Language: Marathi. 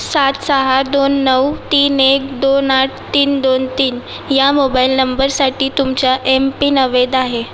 सात सहा दोन नऊ तीन एक दोन आठ तीन दोन तीन या मोबाईल नंबरसाठी तुमचा एमपिन अवैध आहे